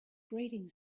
grating